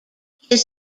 his